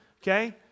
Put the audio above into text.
Okay